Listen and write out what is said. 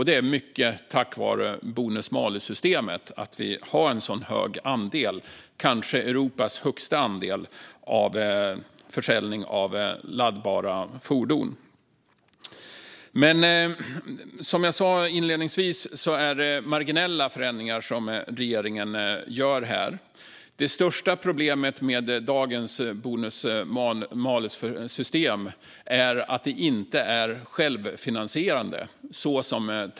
Det är mycket tack vare bonus malus-systemet som vi har en sådan hög andel, kanske Europas högsta andel, när det gäller försäljning av laddbara fordon. Men som jag sa inledningsvis är det marginella förändringar regeringen gör. Det största problemet med dagens bonus malus-system är att det inte är självfinansierande.